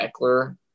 Eckler